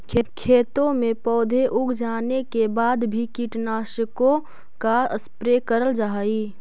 खेतों में पौधे उग जाने के बाद भी कीटनाशकों का स्प्रे करल जा हई